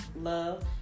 love